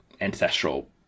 ancestral